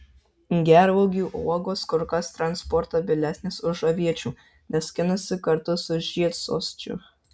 gervuogių uogos kur kas transportabilesnės už aviečių nes skinasi kartu su žiedsosčiu